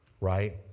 Right